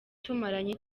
tumaranye